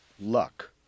luck